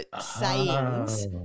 sayings